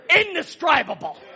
Indescribable